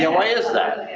yeah, why is that?